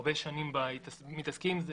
הרבה שנים אנחנו מתעסקים עם זה,